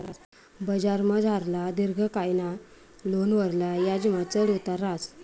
बजारमझारला दिर्घकायना लोनवरला याजमा चढ उतार रहास